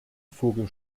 vogel